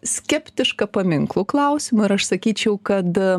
skeptiška paminklų klausimu ir aš sakyčiau kad